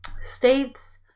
states